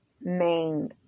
main